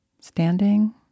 standing